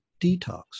detox